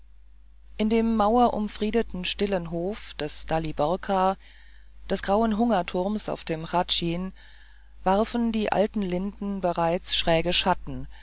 in dem mauerumfriedeten stillen hof des daliborka des grauen hungerturms auf dem hradschin warfen die alten linden bereits schräge schatten